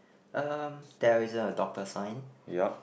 um there is a doctor sign